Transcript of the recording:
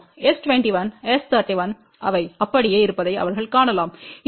S21 S31அவை அப்படியே இருப்பதை அவர்கள் காணலாம் இதற்கு முன் 3